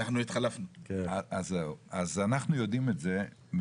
אנחנו יודעים את זה מהשטח,